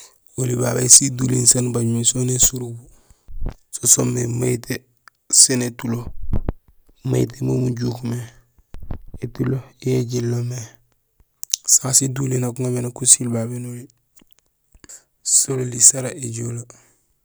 Oli babésiduliin saan ubaaj mé sonitee surubo so soomé mayitee sén étulo. Mayitee mo mujuuk mé, étulo yo ijiilo mé. Sasé siduliin nak guŋamé nak usiil babé noli; sololi sara éjoole.